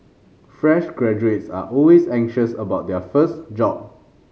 fresh graduates are always anxious about their first job